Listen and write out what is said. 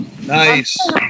Nice